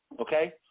okay